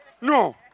No